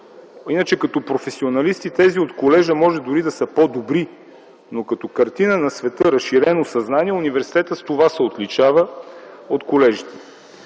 Иначе като професионалисти тези от колежа може дори да са по-добри, но като картина на света, разширено съзнание, университетът с това се отличава от колежите.